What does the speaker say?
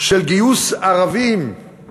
של גיוס חובה